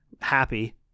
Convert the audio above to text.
happy